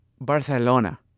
Barcelona